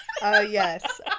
yes